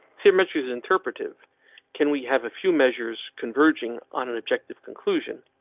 symmetries interpretive can we have a few measures converging on an objective conclusion?